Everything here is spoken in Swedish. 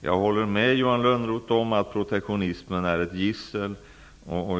Jag håller med Johan Lönnroth om att protektionismen är ett gissel.